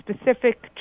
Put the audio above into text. specific